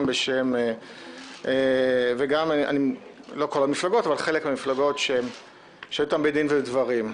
בשם חלק מהמפלגות שיש לנו איתן דין ודברים.